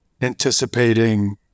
anticipating